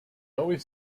always